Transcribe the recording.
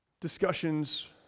discussions